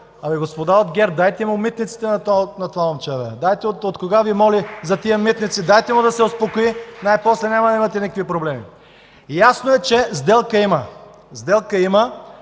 Господа от ГЕРБ, дайте му митницата на това момче. Откога Ви молех за тези митници – дайте му, да се успокои най-после и няма да имате никакви проблеми. Ясно е, че сделка има. Сделка има